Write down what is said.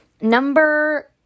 number